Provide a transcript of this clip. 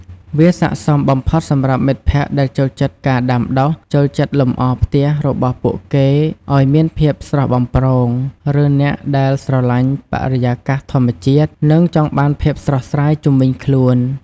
វាស័ក្តិសមបំផុតសម្រាប់មិត្តភក្តិដែលចូលចិត្តការដាំដុះ ចូលចិត្តលម្អផ្ទះរបស់ពួកគេឲ្យមានភាពស្រស់បំព្រង ឬអ្នកដែលស្រលាញ់បរិយាកាសធម្មជាតិ និងចង់បានភាពស្រស់ស្រាយជុំវិញខ្លួន។